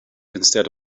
instead